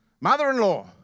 mother-in-law